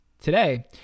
Today